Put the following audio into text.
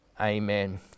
Amen